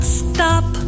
stop